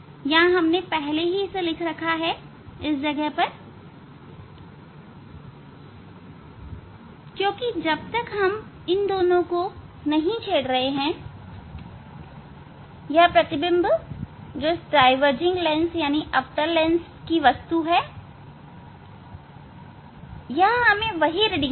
यहां हमने पहले ही लिख रखा है यहां पर क्योंकि जब तक हम इन दोनों को नहीं छेड़ रहे यह प्रतिबिंब जो इस डाईवर्जिंग लेंस अवतल लेंस की वस्तु है यह हमें वही रीडिंग देगी